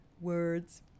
Words